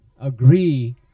agree